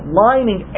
lining